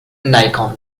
nikon